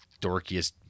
dorkiest